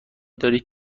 دارید